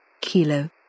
Kilo